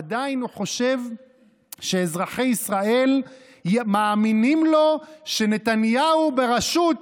עדיין הוא חושב שאזרחי ישראל מאמינים לו שנתניהו בראשות,